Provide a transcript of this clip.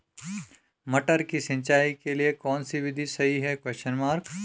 मटर की सिंचाई के लिए कौन सी विधि सही है?